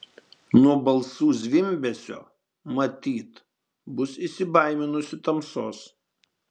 nuo balsų zvimbesio matyt bus įsibaiminusi tamsos